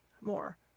more